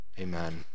Amen